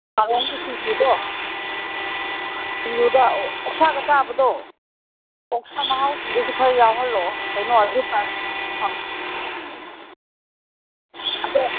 ꯀꯥꯔꯣꯡꯒꯤ ꯁꯤꯡꯖꯨꯗꯣ ꯁꯤꯡꯖꯨꯗ ꯑꯣꯛꯁꯥꯒ ꯆꯥꯕꯗꯣ ꯑꯣꯛꯁꯥ ꯃꯍꯥꯎ ꯁꯤꯡꯖꯨꯁꯨ ꯈꯔ ꯌꯥꯎꯍꯜꯂꯛꯑꯣ ꯀꯩꯅꯣ ꯑꯗꯨꯗ ꯑꯪ ꯑꯗꯣ